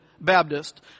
Baptist